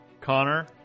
Connor